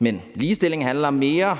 Men ligestilling handler om mere